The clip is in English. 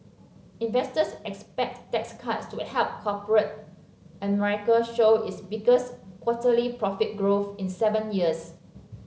investors expect tax cuts to help corporate America show its biggest quarterly profit growth in seven years